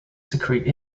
secrete